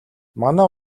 манай